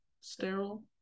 sterile